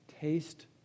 Taste